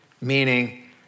Meaning